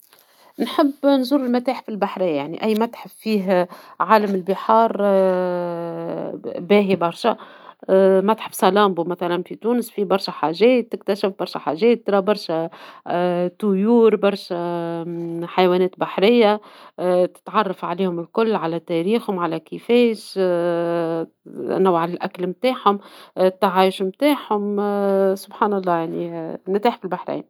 نحب نزور المتاحف البحرية يعني أي متحف فيه عالم البحار باهي برشا ، متحف صلامبو مثلا في تونس فيه برشا حاجات تكتشف برشا حاجات ترى برشا طيور ، برشا حيوانات بحرية تتعرف عليهم الكل على تاريخهم نوع الأكل نتاعهم ، التعايش نتاعهم سبحان الله ، يعني المتاحف البحرية